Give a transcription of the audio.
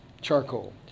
charcoal